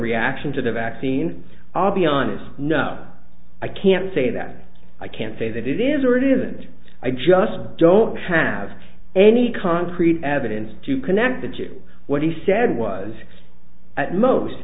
reaction to the vaccine i'll be honest no i can't say that i can't say that it is or it isn't i just don't have any concrete evidence to connect that to what he said was at most